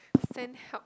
send help